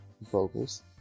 vocals